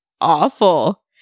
Awful